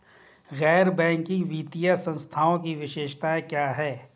गैर बैंकिंग वित्तीय संस्थानों की विशेषताएं क्या हैं?